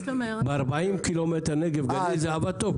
ב-40 ק"מ נגב גליל זה עבד טוב,